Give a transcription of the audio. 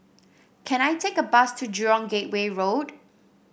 can I take a bus to Jurong Gateway Road